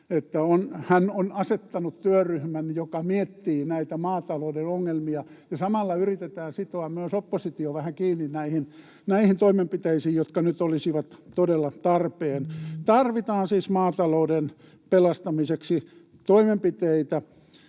hän on asettanut työryhmän, joka miettii näitä maatalouden ongelmia, ja samalla yritetään sitoa myös oppositio vähän kiinni näihin toimenpiteisiin, jotka nyt olisivat todella tarpeen. Tarvitaan siis maatalouden pelastamiseksi toimenpiteitä,